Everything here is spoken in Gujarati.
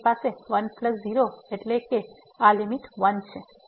તેથી આપણી પાસે 1 0 એટલે કે આ લીમીટ 1 છે